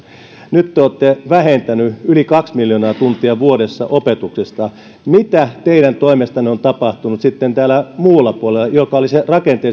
nyt te olette vähentäneet yli kaksi miljoonaa tuntia vuodessa opetuksesta mitä teidän toimestanne on sitten tapahtunut täällä muulla puolella joka